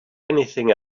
anything